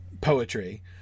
poetry